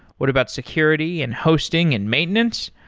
what about security and hosting and maintenance?